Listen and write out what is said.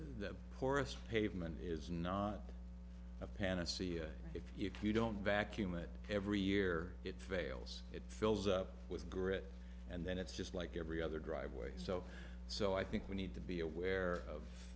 the forest pavement is not a panacea if you queue don't vacuum it every year it fails it fills up with grit and then it's just like every other driveway so so i think we need to be aware of